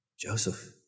Joseph